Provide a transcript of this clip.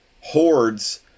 hordes